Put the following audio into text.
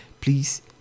please